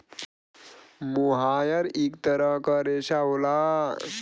मोहायर इक तरह क रेशा होला